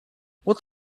what